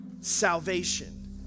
Salvation